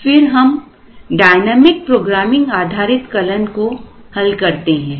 फिर हम dynamic programming आधारित कलन को हल करते हैं